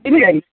इ मिल जाएगी